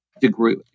degree